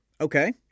Okay